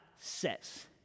says